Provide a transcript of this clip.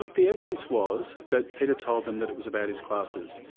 like the evidence was that peter told them that it was about his classes,